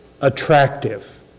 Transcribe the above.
attractive